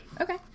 Okay